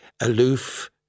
aloof